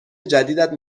جدیدت